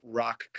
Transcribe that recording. rock